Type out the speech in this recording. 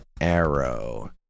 Arrow